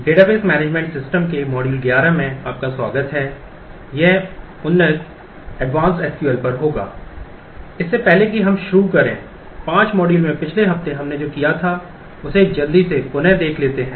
इससे पहले कि हम शुरू करें पांच मॉड्यूल में पिछले हफ्ते हमने जो किया था उसे जल्दी से पुन देख लेते हैं